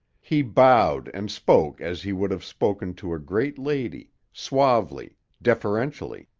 he bowed and spoke as he would have spoken to a great lady, suavely, deferentially.